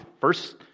first